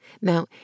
Now